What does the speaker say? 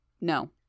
No